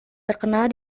terkenal